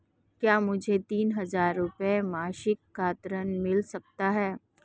क्या मुझे तीन हज़ार रूपये मासिक का ऋण मिल सकता है?